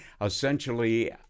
essentially